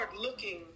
looking